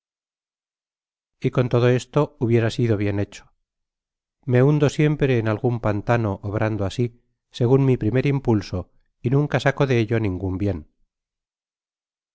y con todo esto hubiera sido bien hecho me hundo siempre en algun pantano obrando asi segun mi primer impulso y nunca saco de ello ningun bien